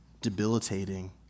debilitating